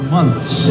months